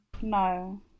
No